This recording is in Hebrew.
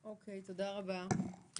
תודה רבה.